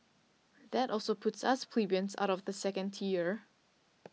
that also puts us plebeians out of the second tier